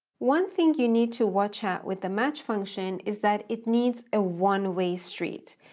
one thing you need to watch out with the match function is that it needs a one-way street.